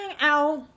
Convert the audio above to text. out